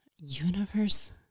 Universe